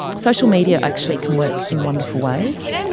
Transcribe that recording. social media actually can work in wonderful ways.